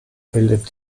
bildet